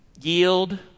yield